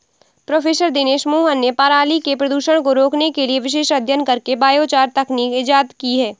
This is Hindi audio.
प्रोफ़ेसर दिनेश मोहन ने पराली के प्रदूषण को रोकने के लिए विशेष अध्ययन करके बायोचार तकनीक इजाद की है